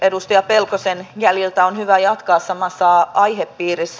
edustaja pelkosen jäljiltä on hyvä jatkaa samassa aihepiirissä